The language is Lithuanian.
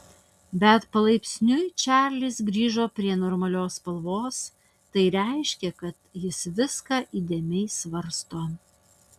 bet palaipsniui čarlis grįžo prie normalios spalvos tai reiškė kad jis viską įdėmiai svarsto